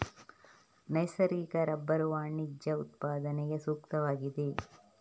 ನೈಸರ್ಗಿಕ ರಬ್ಬರು ವಾಣಿಜ್ಯ ಉತ್ಪಾದನೆಗೆ ಸೂಕ್ತವಾಗಿದೆ